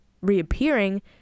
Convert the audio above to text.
reappearing